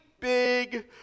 big